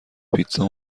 پیتزا